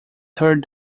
third